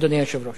אדוני היושב-ראש.